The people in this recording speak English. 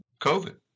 COVID